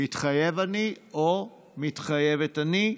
"מתחייב אני" או "מתחייבת אני".